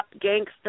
gangster